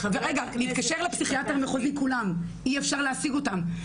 מתקשרים לפסיכיאטר המחוזי, אין אפשר להשיג אותם.